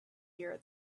here